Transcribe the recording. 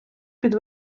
під